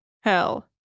Hell